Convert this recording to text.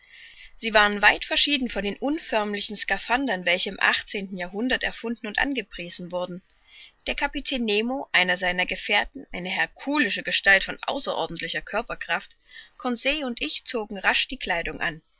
sie waren weit verschieden von den unförmlichen skaphandern welche im achtzehnten jahrhundert erfunden und angepriesen wurden der kapitän nemo einer seiner gefährten eine herkulische gestalt von außerordentlicher körperkraft conseil und ich zogen rasch die kleidung an